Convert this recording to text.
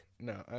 No